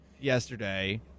yesterday